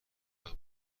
موفق